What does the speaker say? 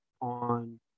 on